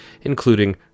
including